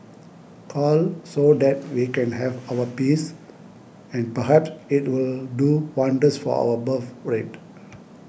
cull so that we can have our peace and perhaps it'll do wonders for our birthrate